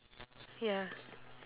ya